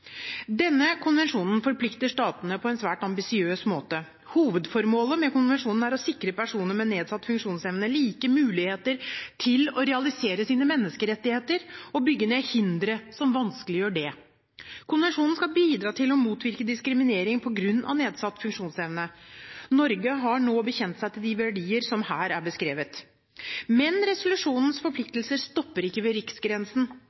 Denne konvensjonen forplikter statene på en svært ambisiøs måte. Hovedformålet med konvensjonen er å sikre personer med nedsatt funksjonsevne like muligheter til å realisere sine menneskerettigheter og bygge ned hindre som vanskeliggjør det. Konvensjonen skal bidra til å motvirke diskriminering på grunn av nedsatt funksjonsevne. Norge har nå bekjent seg til de verdier som her er beskrevet. Men resolusjonens forpliktelser stopper ikke ved riksgrensen.